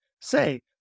Say